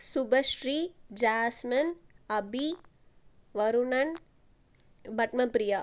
Subashree Jasmine Abhi Varunan Padmapriya